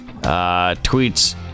Tweets